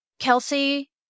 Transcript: Kelsey